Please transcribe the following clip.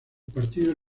partido